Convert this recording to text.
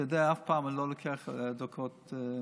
אתה יודע, אף פעם אני לא לוקח דקות מיותרות,